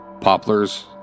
poplars